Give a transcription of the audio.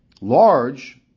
large